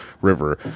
River